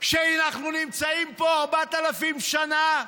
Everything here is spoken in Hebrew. שאנחנו נמצאים פה ארבעת אלפים שנה?